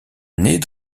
naît